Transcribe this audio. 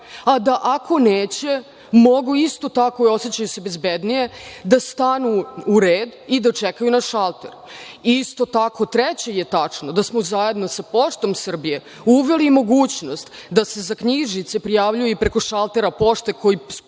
a da ako neće, mogu isto tako i osećaju se bezbednije, da stanu u red i da čekaju na šalteru. Isto tako, treće je tačno da smo zajedno sa Poštom Srbije uveli mogućnost da se za knjižice prijavljuje i preko šaltera Pošte koji postoje